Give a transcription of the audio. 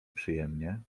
przyjemnie